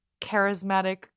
charismatic